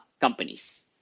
companies